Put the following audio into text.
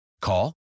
Call